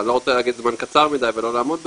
אבל אני לא רוצה להגיד זמן קצר מדי ולא לעמוד בזה,